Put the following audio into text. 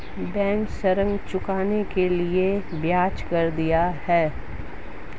Bank ऋण चुकाने के लिए ब्याज दर क्या है?